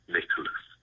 Nicholas